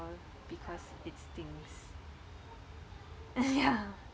all because it stinks ya